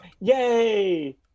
yay